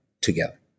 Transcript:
together